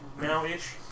now-ish